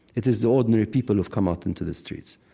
it is the ordinary people who've come out into the streets.